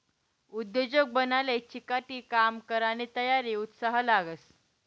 उद्योजक बनाले चिकाटी, काम करानी तयारी, उत्साह लागस